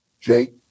Jake